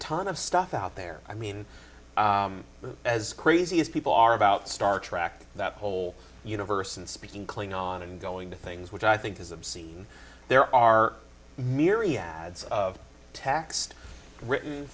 ton of stuff out there i mean as crazy as people are about star trek that whole universe and speaking cling on and going to things which i think is obscene there are myriad ads of text written